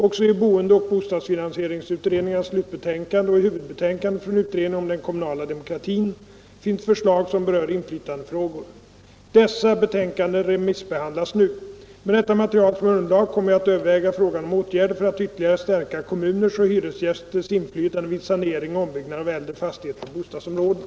Också i boendeoch bostadsfinansieringsutredningarnas slutbetänkande och i huvudbetänkandet från utredningen om den kommunala demokratin finns förslag som berör inflytandefrågor. Dessa betänkanden remissbehandlas nu. Med detta material som underlag kommer jag att överväga frågan om åtgärder för att ytterligare stärka kommuners och hyresgästers inflytande vid sanering och ombyggnader av äldre fastigheter och bostadsområden.